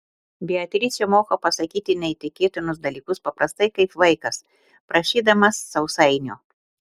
beatričė moka pasakyti neįtikėtinus dalykus paprastai kaip vaikas prašydamas sausainio